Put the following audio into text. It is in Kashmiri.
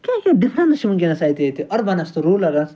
کیٛاہ کیٛاہ ڈِفریٚنٕس چھِ وُنٛکیٚس اَتہِ ییٚتہِ أربَنَس تہِ روٗلَرَس